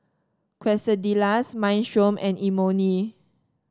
Quesadillas Minestrone and Imoni